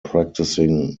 practicing